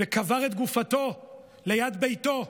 וקבר את גופתו ליד ביתו,